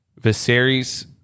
Viserys